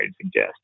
suggest